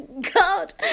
God